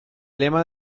lema